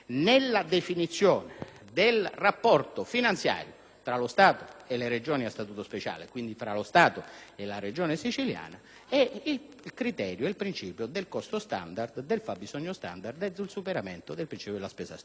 del rapporto finanziario tra lo Stato e le Regioni a Statuto speciale, quindi tra lo Stato e la Regione siciliana, è il principio del costo standard e del superamento del principio della spesa storica. Condivido,